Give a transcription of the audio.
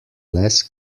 less